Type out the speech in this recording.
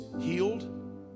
healed